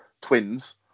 twins